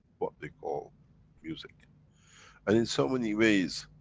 what we call music and, in so many ways,